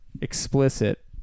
Explicit